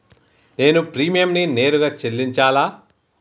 నేను ప్రీమియంని నేరుగా చెల్లించాలా?